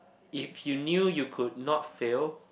if you knew you could not fail